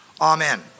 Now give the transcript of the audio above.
Amen